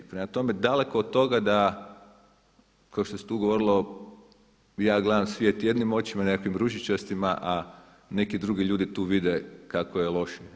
Prema tome, daleko od toga da kao što se tu govorilo ja gledam svijet jednim očima, nekim ružičastima, a neki drugi ljudi vide kako je loše.